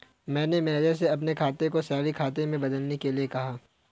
मैंने मैनेजर से अपने खाता को सैलरी खाता में बदलने के लिए कहा